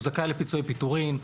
הוא זכאי לפיצויי פיטורין,